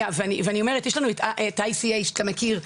יש לנו את ה-ICA שאתה מכיר,